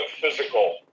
physical